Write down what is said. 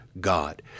God